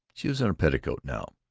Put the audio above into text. she was in a petticoat now,